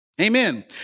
Amen